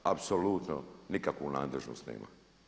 Apsolutno nikakvu nadležnost nema.